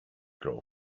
grow